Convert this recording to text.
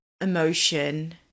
emotion